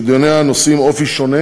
שדיוניה נושאים אופי שונה